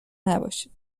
نباشین